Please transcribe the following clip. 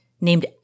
named